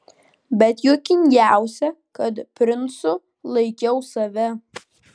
bet juokingiausia kad princu laikiau save